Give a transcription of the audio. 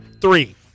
three